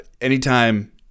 anytime